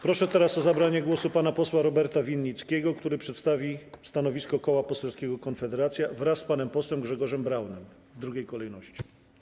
Proszę teraz o zabranie głosu pana posła Roberta Winnickiego, który przedstawi stanowisko Koła Poselskiego Konfederacja, wraz z panem posłem Grzegorzem Braunem - w drugiej kolejności.